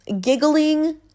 giggling